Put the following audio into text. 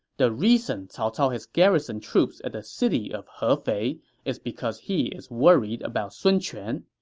the reason cao cao has garrisoned troops at the city of hefei is because he is worried about sun quan.